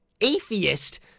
Atheist